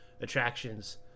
attractions